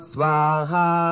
Swaha